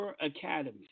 Academy